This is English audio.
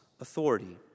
authority